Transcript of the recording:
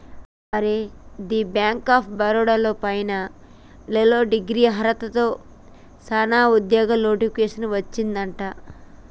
అరే the bank of Baroda లో పైన నెలలో డిగ్రీ అర్హతతో సానా ఉద్యోగాలు నోటిఫికేషన్ వచ్చిందట